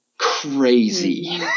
Crazy